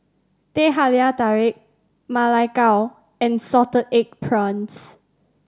Teh Halia Tarik Ma Lai Gao and salted egg prawns